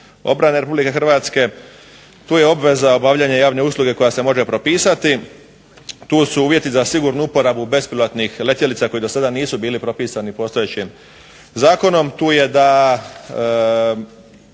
obrane RH. Tu je obveza obavljanja javne usluge koja se može propisati, tu su uvjeti za sigurnu uporabu bespilotnih letjelica koji do sada nisu bili propisani postojećim zakonom, tu je da